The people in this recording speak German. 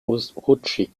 rutschig